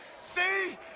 see